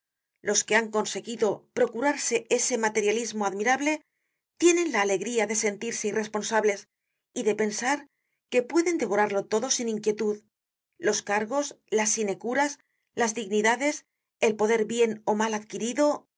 los que han conseguido procurarse ese materialismo admirable tienen la alegría de sentirse irresponsables y de pensar que pueden devorarlo todo sin inquietud los cargos las sinecuras las dignidades el poder bien ó mal adquirido